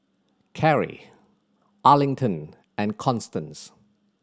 Karrie Arlington and Constance